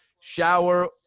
shower